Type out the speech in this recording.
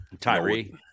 Tyree